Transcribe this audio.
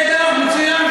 נהדר, מצוין.